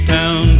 Town